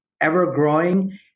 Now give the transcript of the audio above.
ever-growing